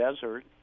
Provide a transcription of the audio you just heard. Desert